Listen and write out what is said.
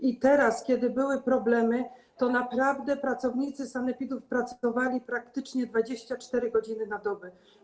I teraz, kiedy były problemy, to pracownicy sanepidów pracowali praktycznie 24 godziny na dobę.